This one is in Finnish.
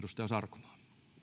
edustaja sarkomaa